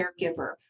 caregiver